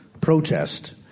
protest